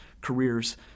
careers